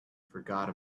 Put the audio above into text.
forgot